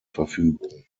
verfügung